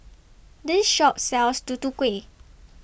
This Shop sells Tutu Kueh